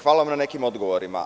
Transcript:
Hvala vam na nekim odgovorima.